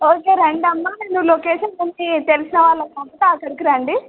okay రండి అమ్మ నేను లొకేషన్ మీ తెలిసిన వాళ్ళకి పంపుతాను అక్కడికి రండి